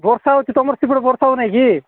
ବର୍ଷା ହେଉଛି ତୁମର ସେପଟେ ବର୍ଷା ହେଉନାଇଁକି